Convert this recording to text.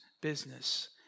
business